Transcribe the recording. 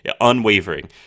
unwavering